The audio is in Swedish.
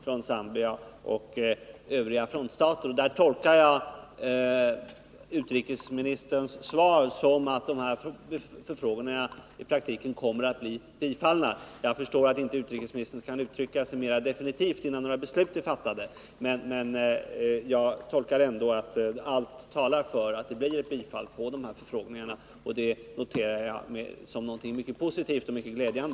Hjälp till dessa människor administreras mest effektivt från det senare landet. Sverige bör därför erkänna regeringen i Phnom Penh som den enda lagliga i Kampuchea och upprätta fulla diplomatiska förbindelser med den. Är utrikesministern villig att medverka till att åtgärder vidtas för att upprätta fulla diplomatiska förbindelser med regeringen i Phnom Penh?